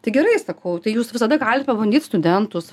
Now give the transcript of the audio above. tai gerai sakau tai jūs visada galit pabandyt studentus